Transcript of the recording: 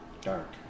dark